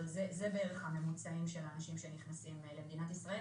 זה בערך הממוצע של האנשים שנכנסים למדינת ישראל.